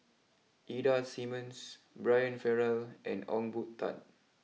Ida Simmons Brian Farrell and Ong Boon Tat